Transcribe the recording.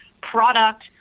product